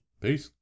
Peace